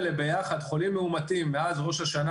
חולים מאומתים מאז ראש השנה,